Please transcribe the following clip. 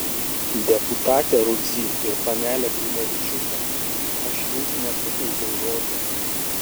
deputate rudzy ir panele grinevičiūte aš jums nesuteikiau žodžio